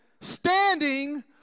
standing